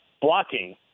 blocking